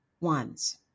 ones